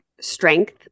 strength